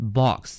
box